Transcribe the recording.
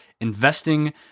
investing